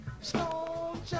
Stone